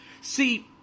See